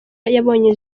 yabonye